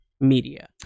media